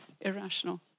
irrational